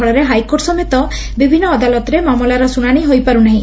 ଫଳରେ ହାଇକୋର୍ଟ ସମେତ ବିଭିନ୍ନ ଅଦାଲତରେ ମାମଲାର ଶୁଣାଶି ହୋଇପାର୍ବନାହି